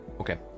Okay